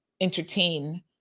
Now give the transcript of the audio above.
entertain